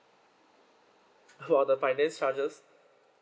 about the finance charges